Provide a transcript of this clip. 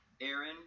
Aaron